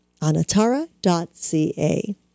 Anatara.ca